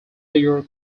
digger